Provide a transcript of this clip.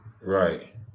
right